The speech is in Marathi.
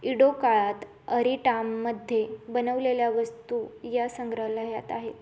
इडो काळात अरिटामध्ये बनवलेल्या वस्तू या संग्रहालयात आहे